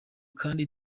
kandi